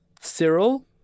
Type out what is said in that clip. Cyril